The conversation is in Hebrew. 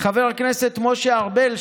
חבר הכנסת משה ארבל,